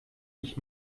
nicht